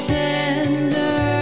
tender